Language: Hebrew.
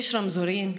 יש רמזורים,